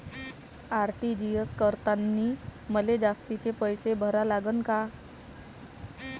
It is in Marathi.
आर.टी.जी.एस करतांनी मले जास्तीचे पैसे भरा लागन का?